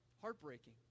Heartbreaking